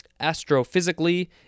astrophysically